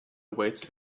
awaits